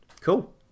Cool